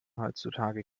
heutzutage